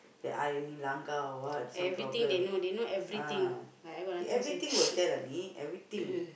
that I langgar or what some problem ah he everything will tell Ani everything